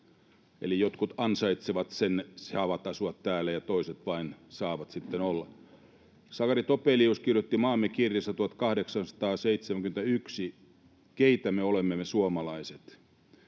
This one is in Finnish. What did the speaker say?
Eli jotkut ansaitsevat sen, että saavat asua täällä, ja toiset vain saavat sitten olla. Sakari Topelius kirjoitti Maamme kirjassa 1871, että keitä me olemme me suomalaiset.